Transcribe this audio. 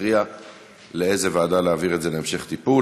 שתכריע לאיזו ועדה להעביר את זה להמשך טיפול,